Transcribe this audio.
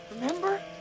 remember